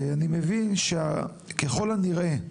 אני מבין שכלל הנראה,